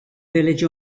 village